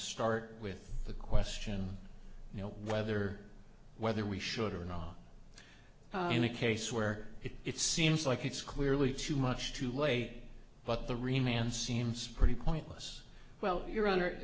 start with the question you know whether whether we should or not in a case where it seems like it's clearly too much too late but the remained seems pretty pointless well your honor